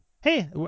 Hey